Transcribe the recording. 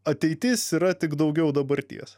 ateitis yra tik daugiau dabarties